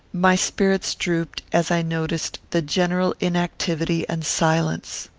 my spirits drooped as i noticed the general inactivity and silence.